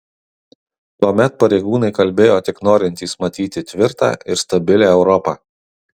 tuomet pareigūnai kalbėjo tik norintys matyti tvirtą ir stabilią europą